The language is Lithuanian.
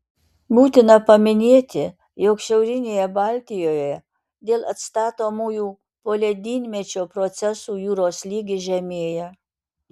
būtina paminėti jog šiaurinėje baltijoje dėl atstatomųjų poledynmečio procesų jūros lygis žemėja